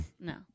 No